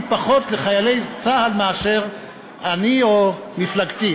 פחות לחיילי צה"ל מאשר אני או מפלגתי,